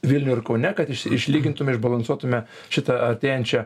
vilniuj ir kaune kad išlygintume išbalansuotume šitą artėjančią